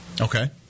Okay